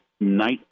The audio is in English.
night